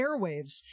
Airwaves